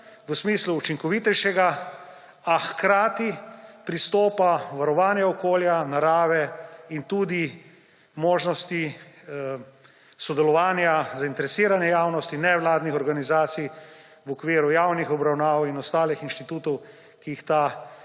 v smislu učinkovitejšega, a hkrati pristopa varovanja okolja, narave in tudi možnosti sodelovanja zainteresirane javnosti, nevladnih organizacij v okviru javnih obravnav in ostalih inštitutov, ki jih ta